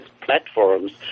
platforms